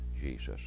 Jesus